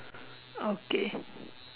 okay